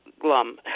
glum